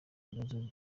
ibibazo